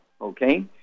Okay